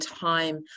time